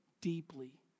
deeply